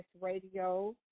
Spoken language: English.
Radio